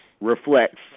reflects